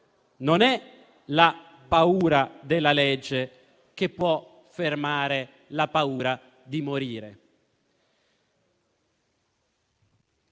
né la paura della legge a poter fermare la paura di morire.